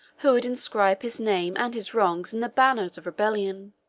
who would inscribe his name and his wrongs in the banners of rebellion.